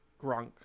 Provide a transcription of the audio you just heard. grunk